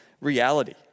reality